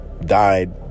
died